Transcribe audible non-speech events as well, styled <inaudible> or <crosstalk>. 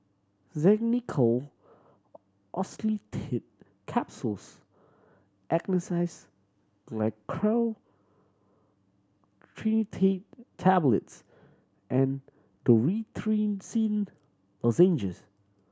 Xenical Orlistat Capsules <unintelligible> Tablets and Dorithricin Lozenges